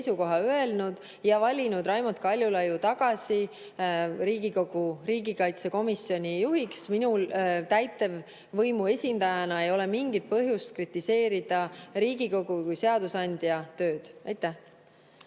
ja valinud Raimond Kaljulaiu tagasi Riigikogu riigikaitsekomisjoni juhiks. Minul täitevvõimu esindajana ei ole mingit põhjust kritiseerida Riigikogu kui seadusandja tööd. Aitäh!